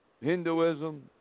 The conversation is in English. Hinduism